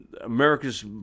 America's